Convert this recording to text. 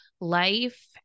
life